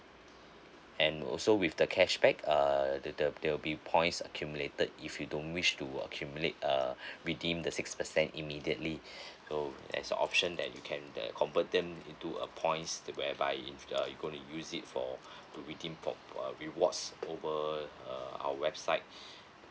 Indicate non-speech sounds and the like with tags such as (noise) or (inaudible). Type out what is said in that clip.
and also with the cashback uh the the there will be points accumulated if you don't wish to accumulate err redeem the six percent immediately (breath) so there's a option that you can uh convert them into a points that whereby if uh you gonna use it for (breath) to redeem for uh rewards over err our website